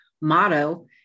motto